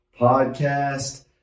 podcast